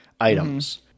items